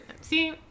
See